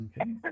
Okay